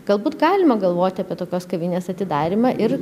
galbūt galima galvoti apie tokios kavinės atidarymą ir